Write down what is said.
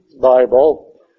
Bible